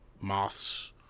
moths